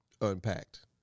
unpacked